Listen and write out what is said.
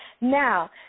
Now